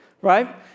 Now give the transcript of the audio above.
right